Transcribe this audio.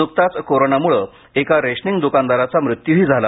नुकताच कोरोनामुळे एका रेशनिंग दुकानदाराचा मृत्युही झाला